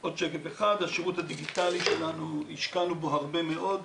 השירות הדיגיטלי שלנו, השקענו בו הרבה מאוד.